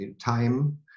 time